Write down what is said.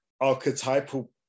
archetypal